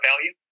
value